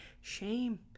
Shame